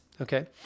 Okay